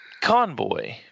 Convoy